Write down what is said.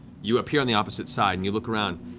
you appear on the opposite side and you look around.